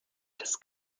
des